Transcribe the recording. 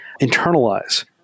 internalize